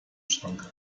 schrank